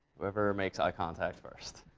whoever makes eye contact first.